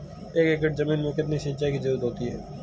एक एकड़ ज़मीन में कितनी सिंचाई की ज़रुरत होती है?